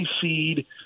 seed